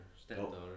stepdaughter